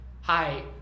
hi